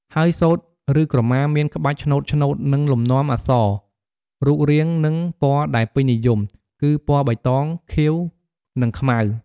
ហើយសូត្រ ឬក្រមាមានក្បាច់ឆ្នូតៗ និងលំនាំអក្សរ/រូបរាងនិង ពណ៌ដែលពេញនិយម គឺ ពណ៌បៃតង ខៀវ និងខ្មៅ។